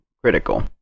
critical